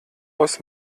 aus